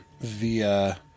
via